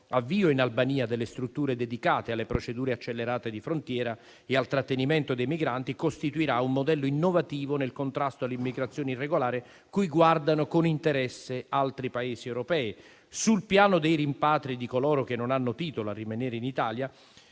avvio in Albania delle strutture dedicate alle procedure accelerate di frontiera e al trattenimento dei migranti costituirà un modello innovativo nel contrasto all'immigrazione irregolare, cui guardano con interesse altri Paesi europei. Sul piano dei rimpatri di coloro che non hanno titolo a rimanere in Italia,